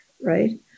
Right